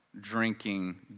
drinking